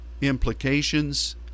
implications